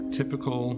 typical